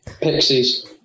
Pixies